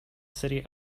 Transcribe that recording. city